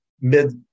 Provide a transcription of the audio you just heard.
mid